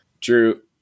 drew